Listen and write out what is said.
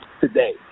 today